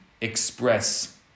express